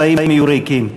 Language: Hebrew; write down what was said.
התאים יהיו ריקים.